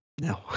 no